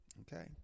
Okay